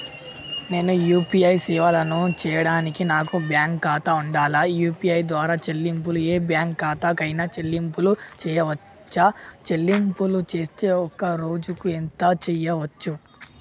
నేను యూ.పీ.ఐ సేవలను చేయడానికి నాకు బ్యాంక్ ఖాతా ఉండాలా? యూ.పీ.ఐ ద్వారా చెల్లింపులు ఏ బ్యాంక్ ఖాతా కైనా చెల్లింపులు చేయవచ్చా? చెల్లింపులు చేస్తే ఒక్క రోజుకు ఎంత చేయవచ్చు?